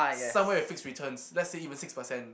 somewhere with fixed returns let's say even six percent